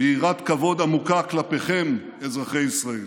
ביראת כבוד עמוקה כלפיכם, אזרחי ישראל.